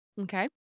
Okay